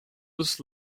this